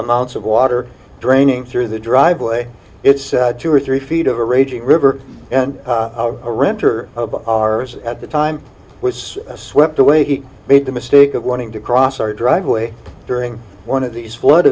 amounts of water draining through the driveway it said two or three feet of a raging river and a renter of ours at the time was swept away he made the mistake of wanting to cross our driveway during one of these flood